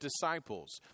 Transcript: disciples